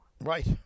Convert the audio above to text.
Right